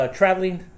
traveling